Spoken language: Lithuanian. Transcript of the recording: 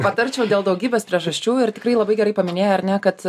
patarčiau dėl daugybės priežasčių ir tikrai labai gerai paminėję ar ne kad